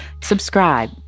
Subscribe